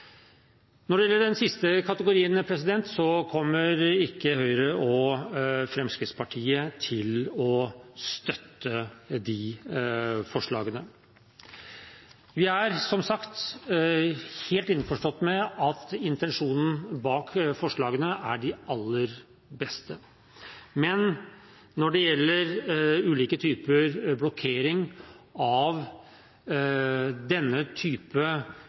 Når det gjelder denne siste kategorien, kommer Høyre og Fremskrittspartiet ikke til å støtte disse forslagene. Vi er, som sagt, helt innforstått med at intensjonen bak forslagene er den aller beste, men når det gjelder ulike typer blokkering, er denne type